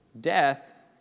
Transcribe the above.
Death